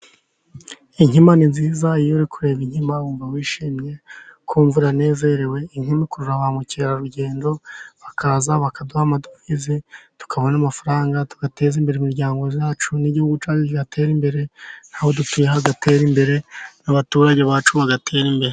Inkima ni nziza, iyo uri kureba inkima wumva wishimye, ukumva uranezerewe, inkima ikurura ba mukerarugendo, bakaza bakaduha amadovize, tukabona amafaranga, tugateza imbere imiryang yacu n'igihugu cyacu kigatera imbere, n'aho dutuye hagadatera imbere, n'abaturage bacu bagatera imbere.